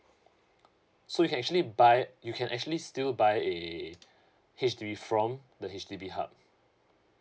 so you can actually buy you can actually still buy a H_D_B from the H_D_B hub